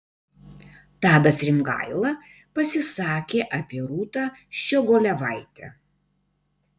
tadas rimgaila pasisakė apie rūtą ščiogolevaitę